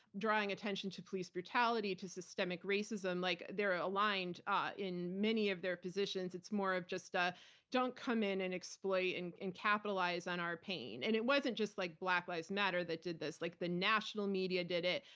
drawing attention to police brutality, to systemic racism like they're ah aligned ah in many of their positions. it's more of just, ah don't come in and exploit and capitalize on our pain. and it wasn't just like black lives matter that did this. like the national media did it.